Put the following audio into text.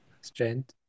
strength